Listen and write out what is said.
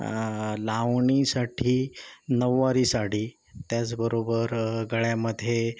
लावणीसाठी नऊवारी साडी त्याचबरोबर गळ्यामध्ये